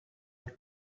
and